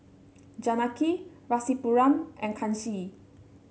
Janaki Rasipuram and Kanshi